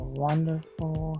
wonderful